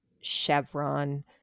Chevron